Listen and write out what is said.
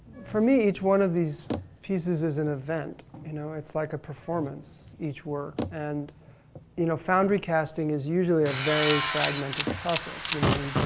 for each one of these pieces is an event, you know, it's like a performance each work, and you know foundry casting is usually a very fragmented process, you know, you,